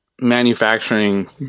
manufacturing